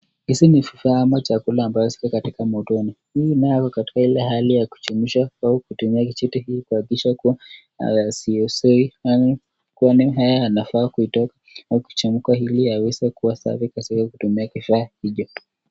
Hizi ni mfano wa chakula ambazo ziko katika motoni hii nayo iko katika hali ya kuchemsha kutumia chochote kile kuhakikisha kuwa kwani hayo yanafaa kutoka au kuchemka yaweze kuwa safi kwa sababu ya kutumia kesho yake.